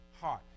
heart